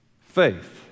faith